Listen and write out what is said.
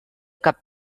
cap